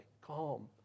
calm